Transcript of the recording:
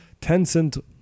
Tencent